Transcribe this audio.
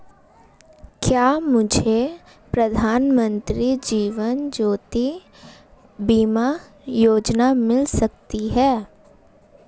क्या मुझे प्रधानमंत्री जीवन ज्योति बीमा योजना मिल सकती है?